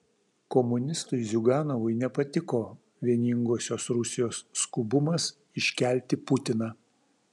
komunistui ziuganovui nepatiko vieningosios rusijos skubumas iškelti putiną